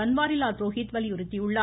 பன்வாரிலால் புரோஹித் வலியுறுத்தியுள்ளார்